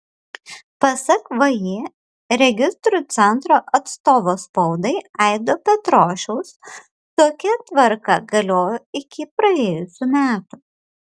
pasak vį registrų centro atstovo spaudai aido petrošiaus tokia tvarka galiojo iki praėjusių metų